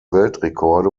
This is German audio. weltrekorde